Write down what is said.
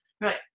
Right